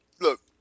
Look